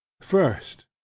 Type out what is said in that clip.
First